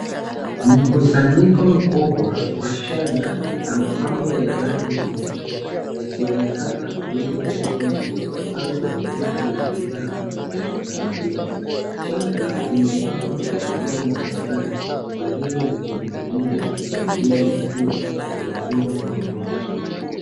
Mkusanyiko mkubwa wa shanga la mapambo ya rangi nyingi yakionekana kuuzwa sokoni au kwenye duka la bidhaa la kitamaduni. Shanga zimepangwa kwa njia mbalimbali zingine zikininginia na zingine zikiwa zimefungwa pamoja.